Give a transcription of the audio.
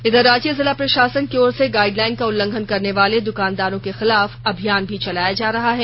इधर रांची जिला प्र ाासन की ओर से गाइडलाइन का उल्लंघन करने वाले दुकानदारों के खिलाफ अभियान भी चला जा रहा है